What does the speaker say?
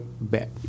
bet